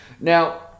Now